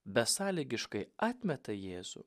besąlygiškai atmeta jėzų